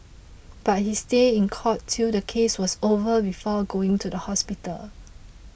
but he stayed in court till the case was over before going to the hospital